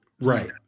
right